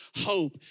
hope